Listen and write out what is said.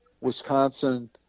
Wisconsin